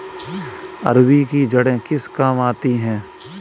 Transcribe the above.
अरबी की जड़ें किस काम आती हैं?